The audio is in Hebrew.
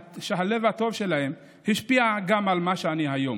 שהלב הטוב שלהם השפיע גם על מה שאני היום.